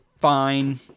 fine